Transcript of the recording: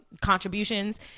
contributions